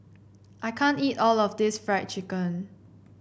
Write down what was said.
I can't eat all of this Fried Chicken